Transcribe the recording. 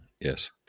yes